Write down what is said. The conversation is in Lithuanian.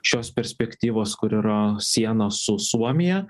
šios perspektyvos kur yra sienos su suomija